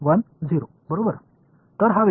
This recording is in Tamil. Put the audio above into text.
x இன் கூறு 1 1 0